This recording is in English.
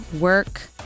work